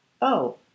Oh